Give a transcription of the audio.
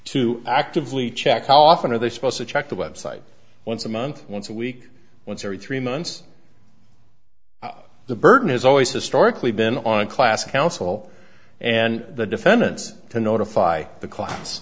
to actively check how often are they supposed to check the website once a month once a week once every three months the burden is always historically been on a class council and the defendants to notify the class